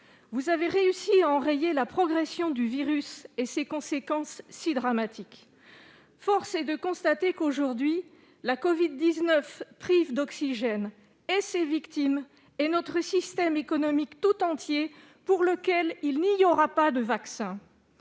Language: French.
Vous avez réussi à enrayer la progression du virus et ses conséquences si dramatiques. Mais force est de constater qu'aujourd'hui la covid-19 prive d'oxygène et ses victimes, et notre système économique tout entier, pour lequel il n'y aura pas de vaccin.